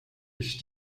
ich